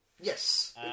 Yes